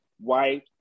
white